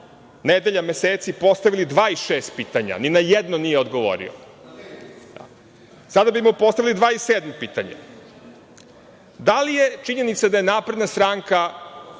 nedelja i meseci postavili 26 pitanja, ni na jedno nije odgovorio. Sada bi mu postavili 27. pitanje. Da li je činjenica da je SNS napravila